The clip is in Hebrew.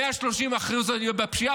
130% עלייה בפשיעה,